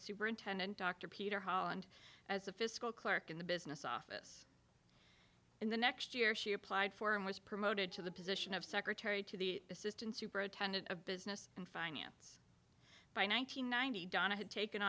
superintendent dr peter holland as a fiscal clerk in the business office in the next year she applied for and was promoted to the position of secretary to the assistant superintendent of business and finance by one nine hundred ninety donna had taken